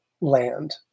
land